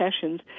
sessions